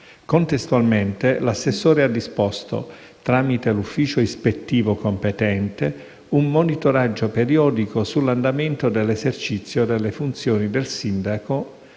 Contestualmente l'assessore ha disposto, tramite l'ufficio ispettivo competente, un monitoraggio periodico dell'andamento dell'esercizio delle funzioni del sindaco